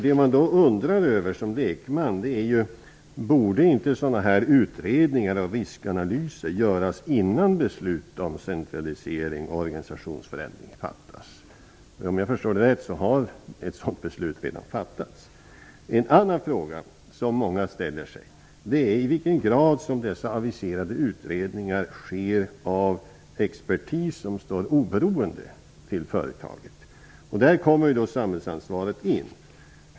Det man som lekman undrar över är: Borde inte sådana utredningar och riskanalyser göras innan beslut fattas om centralisering och organisationsförändring? Om jag förstår det rätt har ett sådant beslut redan fattats. En annan fråga som många ställer sig är i vilken grad som dessa aviserade utredningar görs av expertis som är oberoende av företaget. Här kommer samhällsansvaret in.